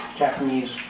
Japanese